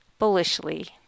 bullishly